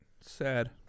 Sad